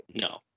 No